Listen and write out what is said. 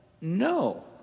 No